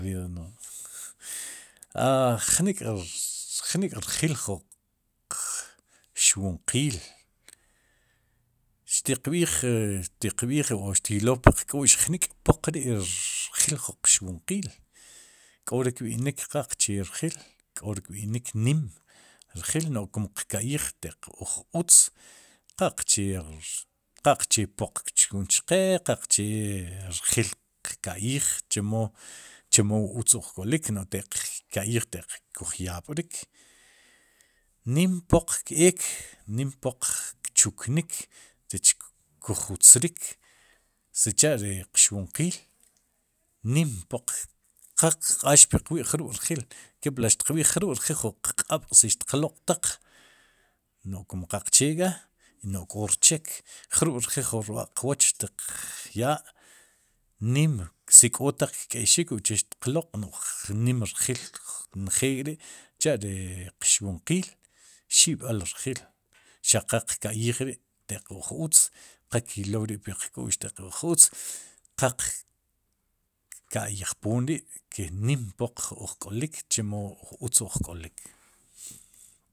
A jnik' r jnik'rjil jun qxwinqiil xtiq b'iij mu xtiqyool puq k'u'x jnik'poq ri'rjil jun qxwinqiil, k'o ri kb'inik qaqche rjil k'ore kb'inik nim rjil no'j kum qka'yij teq uj utz qaqche r qaqche poq, kchkun chqe qaqchee rjil qka'yij, chemo, chemo wu utz uj k'olik no'j te'q ka'yij te'q kuj yab'rik nim poq keek nim poq kchuknik, rech kuj jutzrik sicha'riq xwinqiil nim poq qa kqaax puqwi' jrub'rjil kepli xtiq b'iij jrub'rjil jun qq'aab' si xtiq loq'taq no'j kum qaqche k'a, no'j k'o rcheek jrub'rjil jun rb'aqp qwooch xtiq yaa'nim si k'otaq kk'eyxik uche xtiq loq', no'j nim rjil njeel k'ri', cha'ri qxwinqiil, xib'al rjil xaq qal qka'yij ri'taq uj utz qa kylow ri puq k'u'x taq uj utz qaqka'yejpoon ri'ke nim poq uj k'olik chemo utz uj k'olik.